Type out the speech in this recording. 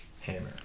hammer